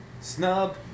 snub